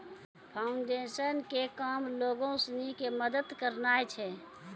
foundation के काम लोगो सिनी के मदत करनाय छै